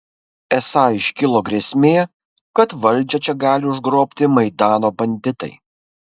esą iškilo grėsmė kad valdžią čia gali užgrobti maidano banditai